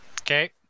Okay